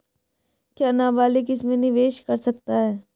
क्या नाबालिग इसमें निवेश कर सकता है?